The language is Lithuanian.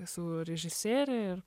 su režisierė ir